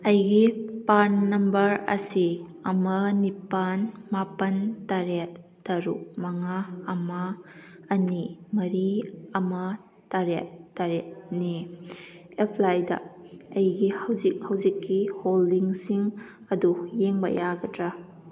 ꯑꯩꯒꯤ PRAN number ꯑꯁꯤ ꯑꯃ ꯅꯤꯄꯥꯜ ꯃꯥꯄꯜ ꯇꯔꯦꯠ ꯇꯔꯨꯛ ꯃꯉꯥ ꯑꯃ ꯑꯅꯤ ꯃꯔꯤ ꯑꯃ ꯇꯔꯦꯠ ꯇꯔꯦꯠꯅꯤ ꯑꯦꯞꯄ꯭ꯂꯥꯏꯗ ꯑꯩꯒꯤ ꯍꯧꯖꯤꯛ ꯍꯧꯖꯤꯛꯀꯤ ꯍꯣꯜꯗꯤꯡꯁꯤꯡ ꯑꯗꯨ ꯌꯦꯡꯕ ꯌꯥꯒꯗ꯭ꯔ